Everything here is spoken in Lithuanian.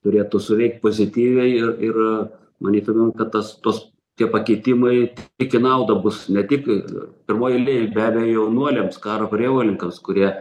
turėtų suveikt pozityviai ir ir manytumėm kad tas tos tie pakitimai tik į naudą bus ne tik pirmoj eilėj be abejo jaunuoliams karo prievolininkams kurie